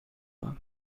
داد